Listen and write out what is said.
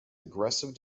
aggressive